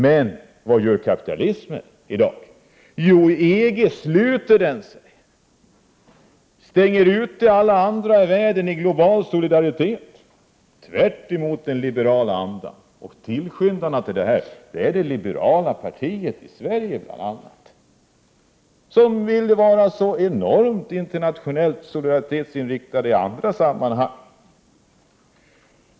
Men vad gör kapitalismen i dag? Jo, i EG sluter den sig och stänger ute alla andra i världen vilket ej är global solidaritet, tvärtemot den liberala andan. Tillskyndarna till detta är bl.a. det liberala partiet i Sverige, som vill vara så enormt internationellt solidaritetsinriktat i andra sammanhang.